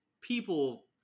people